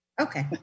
Okay